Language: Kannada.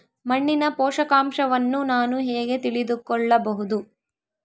ಮಣ್ಣಿನ ಪೋಷಕಾಂಶವನ್ನು ನಾನು ಹೇಗೆ ತಿಳಿದುಕೊಳ್ಳಬಹುದು?